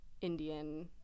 Indian